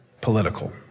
political